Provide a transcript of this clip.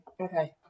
Okay